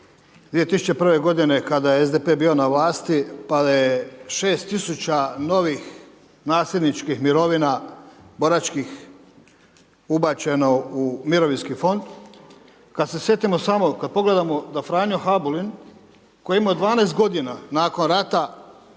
2001. g. kada je SDP bio na vlasti pa je 6000 novih nasljedničkih mirovina, boračkih ubačeno u mirovinski fond. Kada se sjetimo samo, kada pogledamo da Franjo Habulin koji je imao 12 g. nakon rata